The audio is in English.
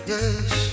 Yes